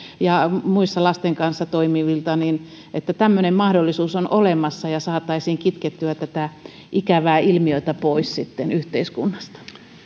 ja muissa lasten kanssa toimivilta että tämmöinen mahdollisuus on olemassa ja saataisiin kitkettyä tätä ikävää ilmiötä sitten pois yhteiskunnasta